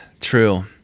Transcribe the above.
true